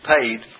paid